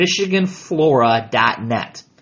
MichiganFlora.net